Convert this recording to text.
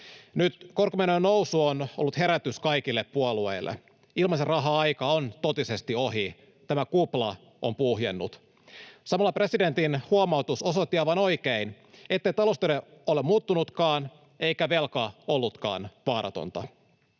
Nyt korkomenojen nousu on ollut herätys kaikille puolueille. Ilmaisen rahan aika on totisesti ohi, tämä kupla on puhjennut. Samalla presidentin huomautus osoitti aivan oikein, ettei talousteoria ole muuttunutkaan eikä velka ollutkaan vaaratonta.